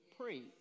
preach